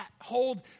hold